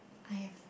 I've